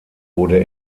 wurde